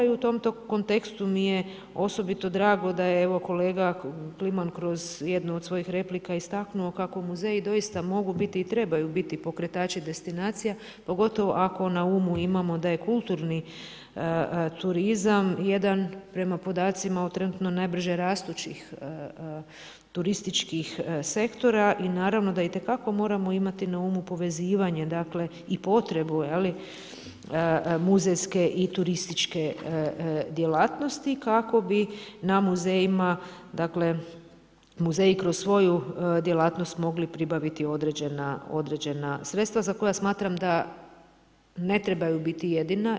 I u tom kontekstu mi je osobito drago da je kolega Kliman kroz jednu od svojih replika istaknuo kako muzeji doista mogu biti i trebaju biti pokretači destinacija, pogotovo ako na umu imamo da je kulturni turizam jedan prema podacima u trenutno najbrže rastućih turističkih sektora i naravno da itekako moramo imati na umu povezivanje i potrebu muzejske i turističke djelatnosti kako bi muzeji kroz svoju djelatnost mogli pribaviti određena sredstva za koja smatram da ne trebaju biti jedina.